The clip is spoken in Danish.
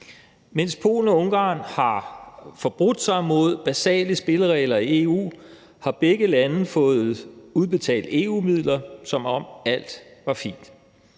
Mens Polen og Ungarn har forbrudt sig mod basale spilleregler i EU, har begge lande fået udbetalt EU-midler, som om alt var fint.